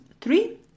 three